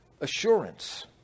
assurance